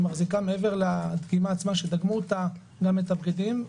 היא מחזיקה מעבר לדגימה עצמה שדגמו אותה גם את הבגדים,